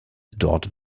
dort